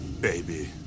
baby